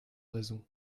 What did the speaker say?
raisons